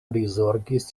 prizorgis